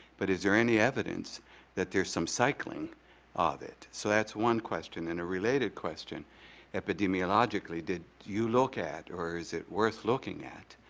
but is there any evidence that there's some cycling of it? so that's one question and a related question epidemiologically did you look at or is it worth looking at?